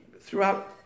throughout